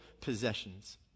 possessions